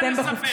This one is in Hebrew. מכל הלב,